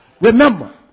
remember